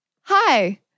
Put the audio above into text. hi